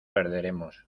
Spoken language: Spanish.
perderemos